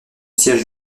siège